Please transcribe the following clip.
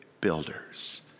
builders